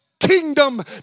Kingdom